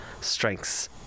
strengths